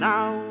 Now